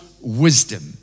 wisdom